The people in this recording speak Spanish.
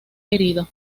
herido